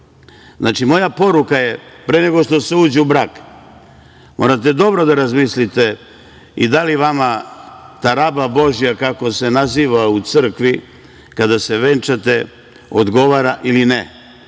znači, moja poruka je, pre nego što se uđe u brak, morate dobro da razmislite i da li vama ta raba božja, kako se naziva u crkvi, kada se venčate, odgovara ili ne,